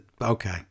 okay